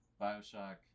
Bioshock